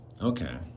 okay